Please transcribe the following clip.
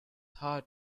hard